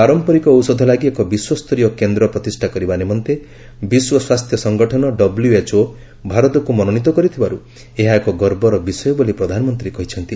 ପାରମ୍ପରିକ ଔଷଧ ଲାଗି ଏକ ବିଶ୍ୱସ୍ତରୀୟ କେନ୍ଦ୍ର ପ୍ରତିଷ୍ଠା କରିବା ନିମନ୍ତେ ବିଶ୍ୱ ସ୍ୱାସ୍ଥ୍ୟ ସଙ୍ଗଠନ ଡବ୍ଲ୍ୟଏଚ୍ଓ ଭାରତକୁ ମନୋନୀତ କରିଥିବାରୁ ଏହା ଏକ ଗର୍ବର ବିଷୟ ବୋଲି ପ୍ରଧାନମନ୍ତ୍ରୀ କହିଛନ୍ତି